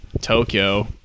Tokyo